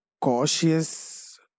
cautious